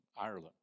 Ireland